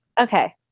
Okay